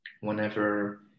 whenever